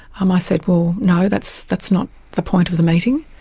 um i said, well, no, that's that's not the point of the meeting.